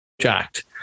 jacked